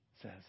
says